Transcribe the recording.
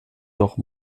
doch